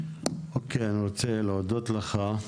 אני רוצה להודות לך.